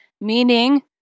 meaning